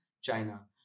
China